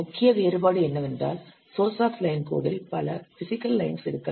முக்கிய வேறுபாடு என்னவென்றால் சோர்ஸ் லைன் ஆப் கோட் இல் பல பிசிக்கல் லைன்ஸ் இருக்கலாம்